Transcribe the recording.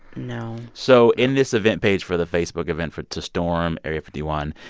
no so in this event page for the facebook event for to storm area fifty one,